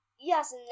Yes